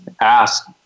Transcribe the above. ask